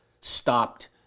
stopped